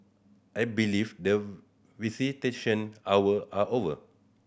I believe the visitation hour are over